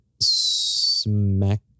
smack